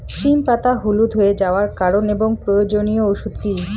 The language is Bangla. সিম পাতা হলুদ হয়ে যাওয়ার কারণ এবং প্রয়োজনীয় ওষুধ কি?